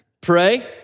Pray